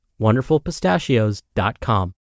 wonderfulpistachios.com